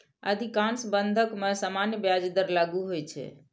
अधिकांश बंधक मे सामान्य ब्याज दर लागू होइ छै